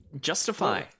justify